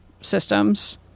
systems